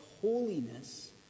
holiness